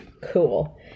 Cool